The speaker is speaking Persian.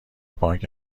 بانک